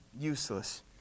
useless